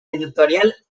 editorial